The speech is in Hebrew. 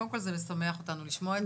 קודם כל זה משמח אותנו לשמוע את זה.